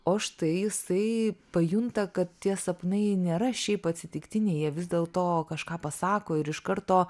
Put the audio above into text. o štai jisai pajunta kad tie sapnai nėra šiaip atsitiktiniai jie vis dėl to kažką pasako ir iš karto